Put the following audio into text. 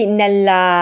nella